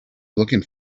looking